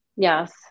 Yes